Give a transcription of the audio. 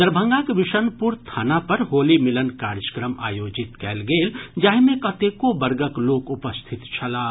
दरभंगाक विशनपुर थाना पर होली मिलन कार्यक्रम आयोजित कयल गेल जाहि मे कतेको वर्गक लोक उपस्थित छलाह